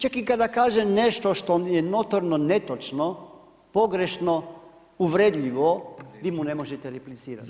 Čak i kada kaže nešto što je notorno netočno, pogrešno, uvredljivo vi mu ne možete replicirati više.